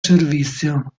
servizio